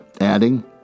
adding